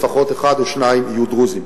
לפחות אחד או שניים יהיו דרוזיים.